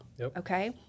okay